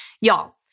Y'all